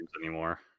anymore